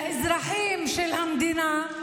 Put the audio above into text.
לאזרחים של המדינה,